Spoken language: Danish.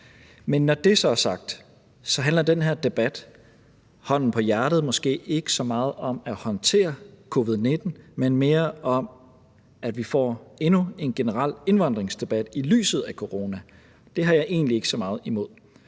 Men når det så er sagt, handler den her debat – hånden på hjertet – måske ikke så meget om at håndtere covid-19, men mere om, at vi får endnu en generel indvandringsdebat i lyset af corona. Det har jeg egentlig ikke så meget imod,